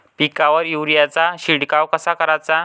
पिकावर युरीया चा शिडकाव कसा कराचा?